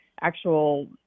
actual